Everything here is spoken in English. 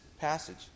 passage